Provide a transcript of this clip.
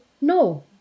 no